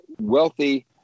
wealthy